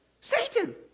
Satan